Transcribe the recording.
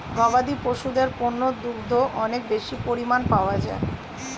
গবাদি পশুদের পণ্য দুগ্ধ অনেক বেশি পরিমাণ পাওয়া যায়